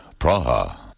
Praha